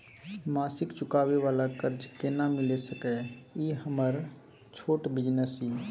मासिक चुकाबै वाला कर्ज केना मिल सकै इ हमर छोट बिजनेस इ?